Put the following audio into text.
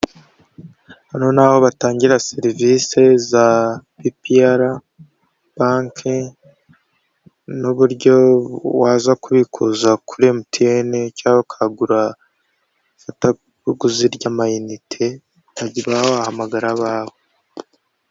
Hano ni aho batangira serivisi za bipiyara banke n'uburyo waza kubikuza kuri emutiyene cyangwa ukagura ifatabuguzi ry'amayinite ukababa wahamagara abawe.